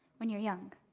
when you're young,